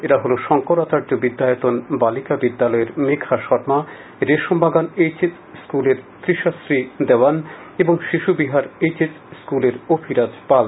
এরা হল শঙ্করাচার্য বিদ্যায়তন বালিকা বিদ্যালয়ের মেঘা শর্মা রেশমবাগান এইচ এস স্কুলের ত্রিশাশ্রী দেওয়ান ও শিশুবিহার এইচ এস স্কুলের অভিরাজ পাল